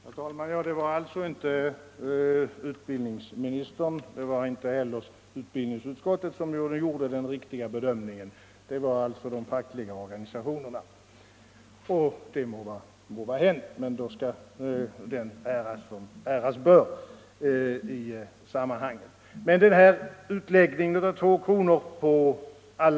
Herr talman! Det var alltså inte utbildningsministern och inte heller utbildningsutskottet som gjorde den riktiga bedömningen, utan det var de fackliga organisationerna. Och det må vara hänt, men då skall den äras som äras bör i sammanhanget. Den här utläggningen av ytterligare 2 kr.